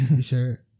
sure